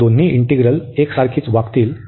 तर दोन्ही इंटीग्रल एकसारखीच वागतील